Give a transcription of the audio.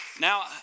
Now